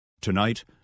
Tonight